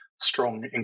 strong